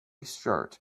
shirt